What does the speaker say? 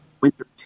winter